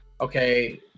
okay